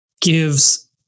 gives